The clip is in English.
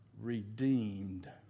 redeemed